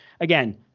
again